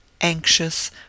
anxious